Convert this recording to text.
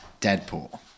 Deadpool